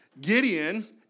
Gideon